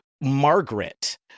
Margaret